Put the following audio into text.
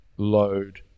Load